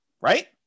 Right